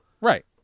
Right